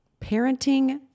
Parenting